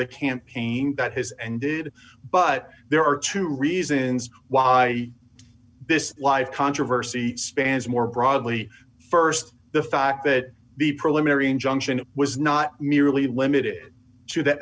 the campaign that has ended but there are two reasons why this life controversy spans more broadly st the fact that the preliminary injunction was not merely limited to the